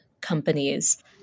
companies